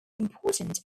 important